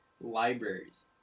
libraries